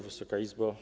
Wysoka Izbo!